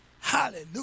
Hallelujah